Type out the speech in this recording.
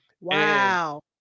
Wow